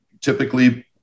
typically